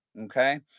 Okay